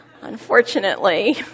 unfortunately